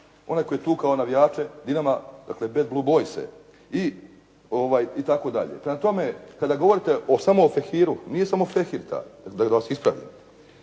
onaj koji je tukao navijače Dinama, dakle Bad Blue Boyse itd. Prema tome, kada govorite samo o Fehiru nije samo Fehir taj da vas ispravim.